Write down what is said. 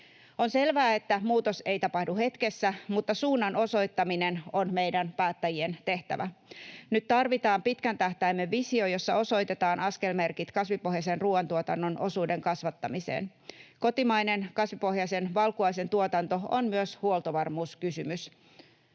On selvää, että muutos ei tapahdu hetkessä, mutta suunnan osoittaminen on meidän päättäjien tehtävä. Nyt tarvitaan pitkän tähtäimen visio, jossa osoitetaan askelmerkit kasvipohjaisen ruuantuotannon osuuden kasvattamiseen. Kotimainen kasvipohjaisen valkuaisen tuotanto on myös huoltovarmuuskysymys,